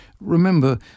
remember